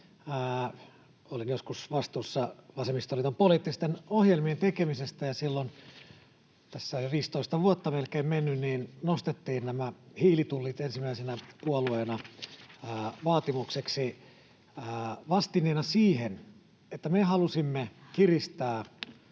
Olin joskus vastuussa vasemmistoliiton poliittisten ohjelmien tekemisestä, ja silloin — tässä on jo melkein 15 vuotta mennyt — me nostettiin ensimmäisenä puolueena nämä hiilitullit vaatimukseksi vastineena siihen, että me halusimme kiristää